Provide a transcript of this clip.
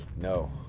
no